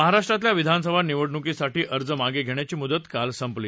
महाराष्ट्रातल्या विधानसभा निवडणुकीसाठी अर्ज मागे घेण्याची मुदत काल संपली